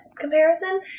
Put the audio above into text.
comparison